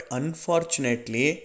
unfortunately